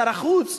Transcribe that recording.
שר החוץ,